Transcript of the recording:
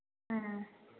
ꯎꯝ